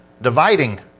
dividing